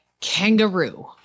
kangaroo